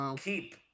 keep